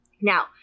Now